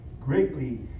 greatly